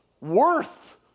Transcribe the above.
worth